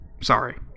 Sorry